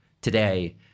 today